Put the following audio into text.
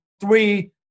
three